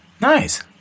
Nice